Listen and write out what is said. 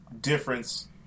difference